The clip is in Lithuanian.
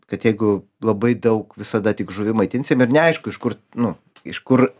kad jeigu labai daug visada tik žuvim maitinsim ir neaišku iš kur nu iš kur